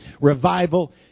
Revival